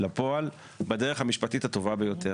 לפועל בדרך המשפטית הטובה ביותר.